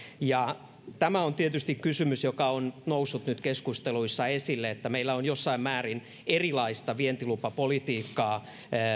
tämä on tietysti kysymys joka on noussut nyt keskusteluissa esille että meillä on jossain määrin erilaista vientilupapolitiikkaa